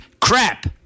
crap